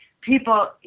people